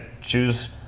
choose